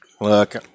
Look